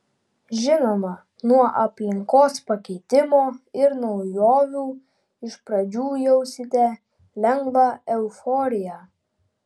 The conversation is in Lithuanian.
žinoma nuo aplinkos pakeitimo ir naujovių iš pradžių jausite lengvą euforiją